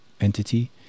entity